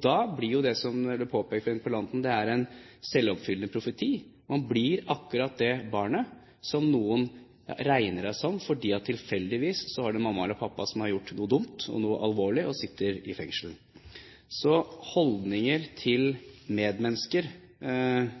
Da blir det, som det ble påpekt av interpellanten, en selvoppfyllende profeti. Barnet blir akkurat det barnet som noen regnet det som, fordi det tilfeldigvis har en mamma eller pappa som har gjort noe dumt, noe alvorlig, og sitter i fengsel. Så holdninger til medmennesker